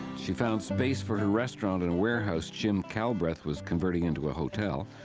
she found space for her restaurant in a warehouse jim callbreath was converting into a hotel.